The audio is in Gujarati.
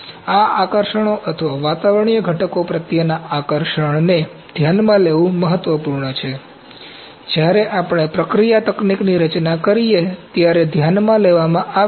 તેથી આ આકર્ષણો અથવા વાતાવરણીય ઘટકો પ્રત્યેના આકર્ષણને ધ્યાનમાં લેવું મહત્વપૂર્ણ છે જ્યારે આપણે પ્રક્રિયા તકનીકની રચના કરીએ ત્યારે ધ્યાનમાં લેવામાં આવે છે